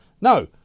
No